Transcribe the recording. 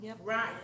Right